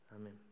Amen